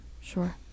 Sure